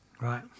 Right